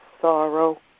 sorrow